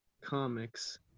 comics